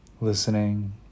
listening